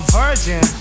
virgin